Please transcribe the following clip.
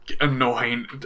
annoying